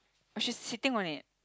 or she sitting on it